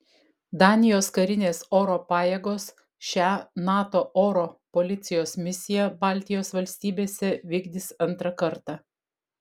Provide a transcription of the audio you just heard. danijos karinės oro pajėgos šią nato oro policijos misiją baltijos valstybėse vykdys antrą kartą